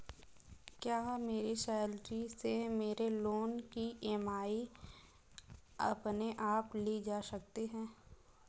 क्या मेरी सैलरी से मेरे लोंन की ई.एम.आई अपने आप ली जा सकती है?